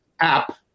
app